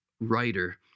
writer